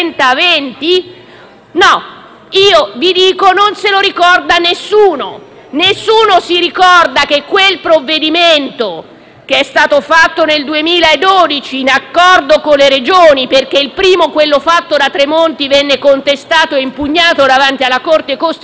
o da 30 a 20. Non se lo ricorda nessuno. Nessuno ricorda che quel provvedimento, approvato nel 2012 in accordo con le Regioni (perché il primo, quello fatto da Tremonti, venne contestato e impugnato davanti alla Corte costituzionale),